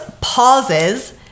pauses